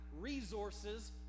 resources